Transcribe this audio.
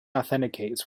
authenticates